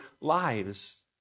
lives